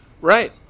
Right